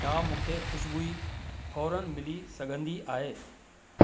छा मूंखे खू़शबूइ फौरन मिली सघंदी आहे